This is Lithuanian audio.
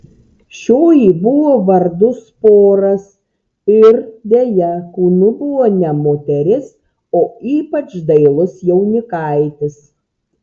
šioji buvo vardu sporas ir deja kūnu buvo ne moteris o ypač dailus jaunikaitis